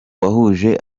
wahuje